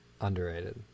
Underrated